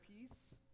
peace